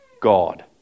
God